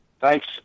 Thanks